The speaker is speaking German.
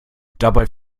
dabei